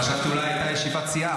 חשבתי שאולי הייתה ישיבת סיעה,